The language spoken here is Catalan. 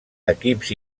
equips